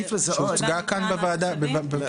החלופה שהוצגה כאן בוועדה, כן.